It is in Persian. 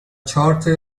چارت